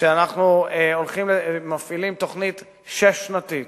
אנחנו מפעילים תוכנית שש-שנתית